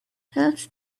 helps